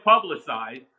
publicized